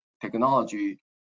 technology